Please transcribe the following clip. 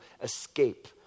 escape